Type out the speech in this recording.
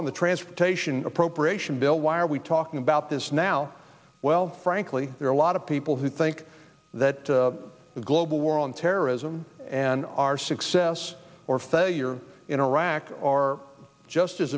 on the transportation appropriation bill why are we talking about this now well frankly there are a lot of people who think that the global war on terrorism and our success or failure in iraq are just as